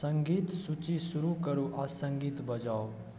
सङ्गीत सूची शुरू करू आओर सङ्गीत बजाउ